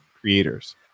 creators